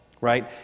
right